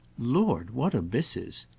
lord, what abysses!